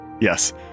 Yes